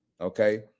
okay